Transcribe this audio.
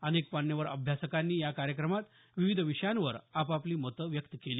अनेक मान्यवर अभ्यासकांनी या कार्यक्रमात विविध विषयांवर आपापली मतं व्यक्त केली